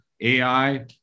AI